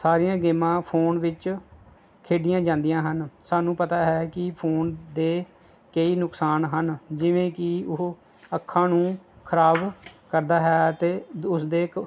ਸਾਰੀਆਂ ਗੇਮਾਂ ਫੋਨ ਵਿੱਚ ਖੇਡੀਆਂ ਜਾਂਦੀਆਂ ਹਨ ਸਾਨੂੰ ਪਤਾ ਹੈ ਕਿ ਫੋਨ ਦੇ ਕਈ ਨੁਕਸਾਨ ਹਨ ਜਿਵੇਂ ਕਿ ਉਹ ਅੱਖਾਂ ਨੂੰ ਖ਼ਰਾਬ ਕਰਦਾ ਹੈ ਅਤੇ ਉਸਦੇ